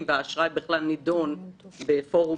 אלה אנשים ידועים, אנשים שיש להם בקיאות בבנקאות,